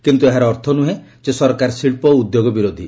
କିନ୍ତୁ ଏହାର ଅର୍ଥ ନୁହେଁ ଯେ ସରକାର ଶିଳ୍ପ ଓ ଉଦ୍ୟୋଗ ବିରୋଧୀ